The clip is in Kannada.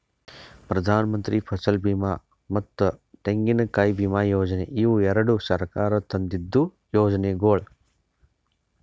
ಪ್ರಧಾನಮಂತ್ರಿ ಫಸಲ್ ಬೀಮಾ ಮತ್ತ ತೆಂಗಿನಕಾಯಿ ವಿಮಾ ಯೋಜನೆ ಇವು ಎರಡು ಸರ್ಕಾರ ತಂದಿದ್ದು ಯೋಜನೆಗೊಳ್